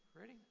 ready